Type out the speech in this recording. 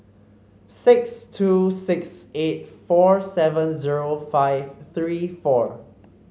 six two six eight four seven zero five three four